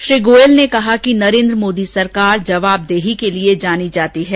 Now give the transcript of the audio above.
श्री गोयल ने कहा कि नरेन्द्र मोदी सरकार जवाबदेही के लिए जानी जाती है